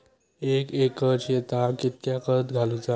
एक एकर शेताक कीतक्या खत घालूचा?